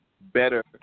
better